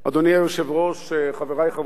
אדוני היושב-ראש, חברי חברי הכנסת,